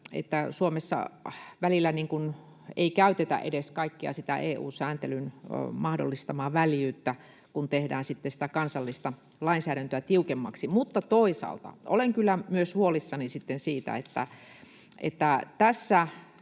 että Suomessa välillä ei käytetä edes kaikkea sitä EU-sääntelyn mahdollistamaa väljyyttä, kun tehdään sitten sitä kansallista lainsäädäntöä tiukemmaksi. Mutta toisaalta olen kyllä myös huolissani sitten siitä, että tässä